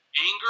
Anger